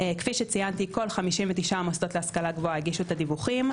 כפי שציינתי קודם כל 59 המוסדות להשכלה גבוהה הגישו את הדיווחים.